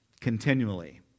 Continually